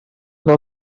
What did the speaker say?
del